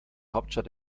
hauptstadt